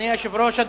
אדוני היושב-ראש,